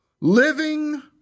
living